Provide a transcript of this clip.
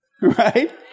right